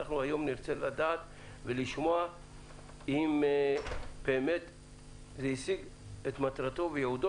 והיום נרצה לדעת ולשמוע אם זה השיג את מטרתו וייעודו.